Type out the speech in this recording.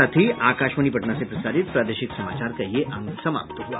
इसके साथ ही आकाशवाणी पटना से प्रसारित प्रादेशिक समाचार का ये अंक समाप्त हुआ